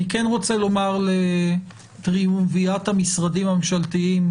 אני כן רוצה לומר לטריאומווירט המשרדים הממשלתיים,